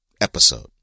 episode